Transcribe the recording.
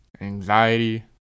anxiety